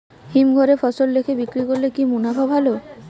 হিমঘরে ফসল রেখে বিক্রি করলে কি মুনাফা ভালো?